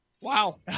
Wow